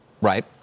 Right